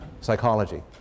psychology